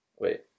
Wait